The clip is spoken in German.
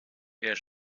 wer